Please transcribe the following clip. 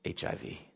HIV